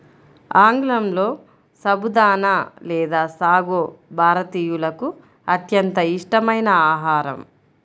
ఆంగ్లంలో సబుదానా లేదా సాగో భారతీయులకు అత్యంత ఇష్టమైన ఆహారం